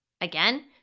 Again